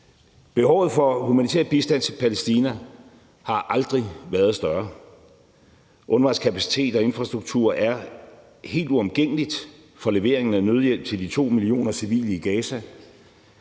Behovet for humanitær bistand til Palæstina har aldrig været større. UNRWA's kapacitet og infrastruktur er helt uomgængelig for leveringen af nødhjælp til de 2 millioner civile i Gaza,